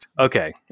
okay